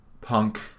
punk